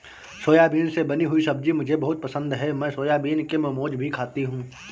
soybean से बनी हुई सब्जी मुझे बहुत पसंद है मैं सोयाबीन के मोमोज भी खाती हूं